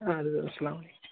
اَدٕ حظ اَسلام